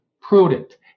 prudent